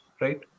Right